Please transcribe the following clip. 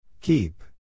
Keep